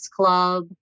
Club